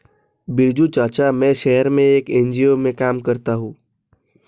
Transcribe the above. बिरजू चाचा, मैं शहर में एक एन.जी.ओ में काम करती हूं